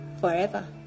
forever